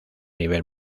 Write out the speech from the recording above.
nivel